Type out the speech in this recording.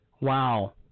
wow